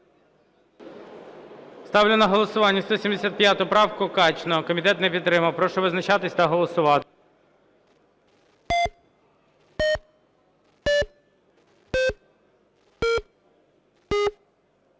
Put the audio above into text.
Ставлю на голосування 176 правку. Комітетом не підтримана. Прошу визначатися та голосувати.